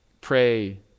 pray